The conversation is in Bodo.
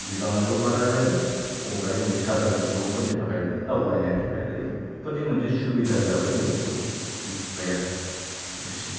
बिबाङाबो बारा जाबाय अब्ला जोंनि सादारन सुबुंफोरनि थाखायबो दावबायनायनि थाखाय ओरैबादि मोनसे सुबिदा जाबाय जों बेखौ मिनथिबाय आरो बेनोसै